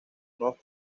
nuevos